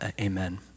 amen